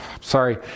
sorry